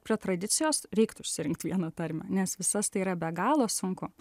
prie tradicijos reiktų išsirinkt vieną tarmę nes visas tai yra be galo sunku